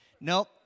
Nope